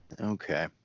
Okay